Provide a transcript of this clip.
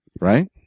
Right